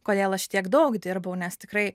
kodėl aš tiek daug dirbau nes tikrai